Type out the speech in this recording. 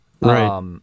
Right